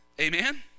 Amen